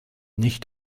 nicht